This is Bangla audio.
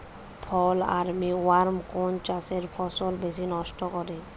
ফল আর্মি ওয়ার্ম কোন চাষের ফসল বেশি নষ্ট করে?